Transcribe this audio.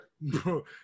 Bro